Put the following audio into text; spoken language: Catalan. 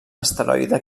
asteroide